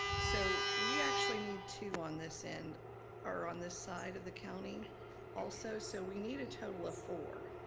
so we actually need two on this end or on this side of the county also. so we need a total of four.